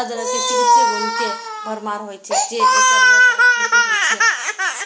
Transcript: अदरक मे चिकित्सीय गुण के भरमार होइ छै, तें एकर व्यापक खेती होइ छै